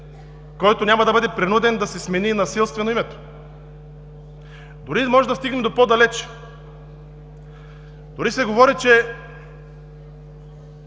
който няма да бъде принуден да си смени насилствено името? Дори може да стигнем по-далеч, дори се говори, че